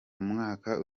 umwaka